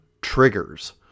triggers